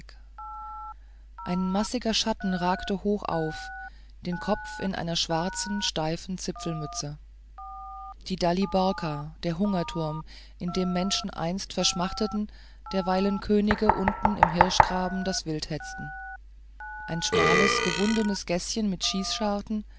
ein massiger schatten ragt hoch auf den kopf in einer schwarzen steifen zipfelmütze die daliborka der hungerturm in dem menschen einst verschmachteten derweilen könige unten im hirschgraben das wild hetzten ein schmales gewundenes gäßchen mit schießscharten